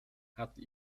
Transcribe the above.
hatte